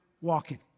walking